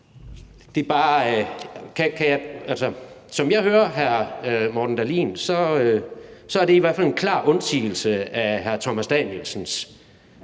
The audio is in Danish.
Morten Dahlin, er det i hvert fald en klar undsigelse af hr. Thomas Danielsens